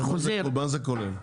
מה זה כולל?